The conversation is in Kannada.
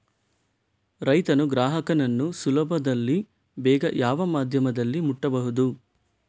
ರೈತನು ಗ್ರಾಹಕನನ್ನು ಸುಲಭದಲ್ಲಿ ಬೇಗ ಯಾವ ಮಾಧ್ಯಮದಲ್ಲಿ ಮುಟ್ಟಬಹುದು?